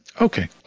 Okay